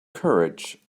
courage